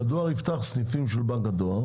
שהדואר יפתח בכל מיני מקומות סניפים של בנק הדואר